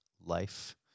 life